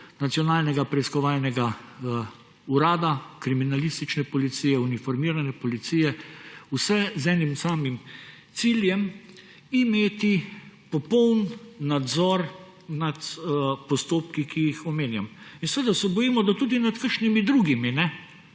Nacionalnega preiskovalnega urada, kriminalistične policije, uniformirane policije, vse z enim samim ciljem − imeti popoln nadzor nad postopki, ki jih omenjam. In seveda se bojim, da tudi nad kakšnimi drugimi;